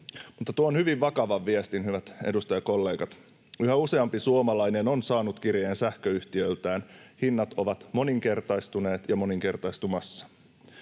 Mutta tuon hyvin vakavan viestin, hyvät edustajakollegat. Yhä useampi suomalainen on saanut kirjeen sähköyhtiöltään: hinnat ovat moninkertaistuneet ja moninkertaistumassa.